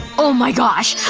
oh my gosh.